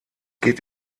geht